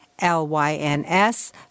L-Y-N-S